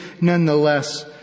nonetheless